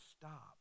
stop